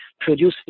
producing